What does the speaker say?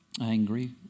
Angry